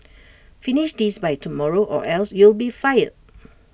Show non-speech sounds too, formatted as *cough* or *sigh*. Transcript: *noise* finish this by tomorrow or else you'll be fired